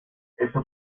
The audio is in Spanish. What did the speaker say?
esto